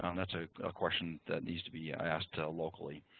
um that's a question that needs to be asked locally.